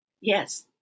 Yes